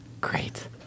Great